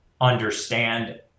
understand